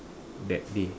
that day